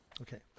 okay